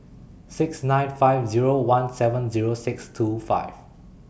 six nine five Zero one seven Zero six two five